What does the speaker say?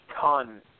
ton